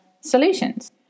solutions